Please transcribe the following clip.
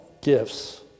gifts